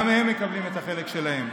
גם הם מקבלים את החלק שלהם.